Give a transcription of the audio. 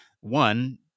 one